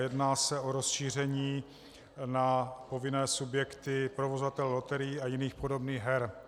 Jedná se o rozšíření na povinné subjekty provozovatele loterií a jiných podobných her.